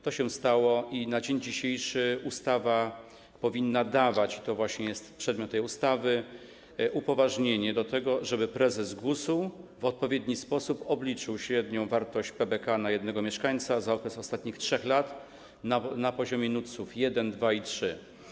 To się stało i na dzień dzisiejszy ustawa powinna dawać - to właśnie jest przedmiot tej ustawy - upoważnienie do tego, żeby prezes GUS w odpowiedni sposób obliczył średnią wartość PKB na jednego mieszkańca za okres ostatnich 3 lat na poziomie NUTS 1, NUTS 2 i NUTS 3.